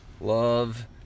love